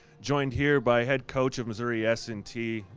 joined here by head coach of missouri s and t,